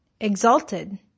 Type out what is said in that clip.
exalted